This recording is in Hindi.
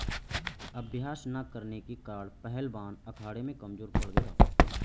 अभ्यास न करने के कारण पहलवान अखाड़े में कमजोर पड़ गया